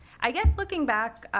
i guess looking back,